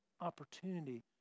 opportunity